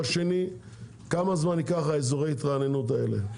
כמה זמן ייקח לאזורי התרעננות האלה?